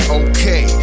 okay